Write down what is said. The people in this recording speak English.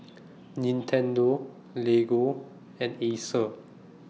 Nintendo Lego and Acer